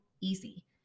easy